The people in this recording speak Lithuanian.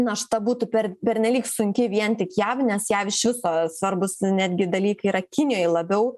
našta būtų per pernelyg sunki vien tik jav nes jav iš viso svarbūs netgi dalykai yra kinijoj labiau